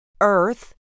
Earth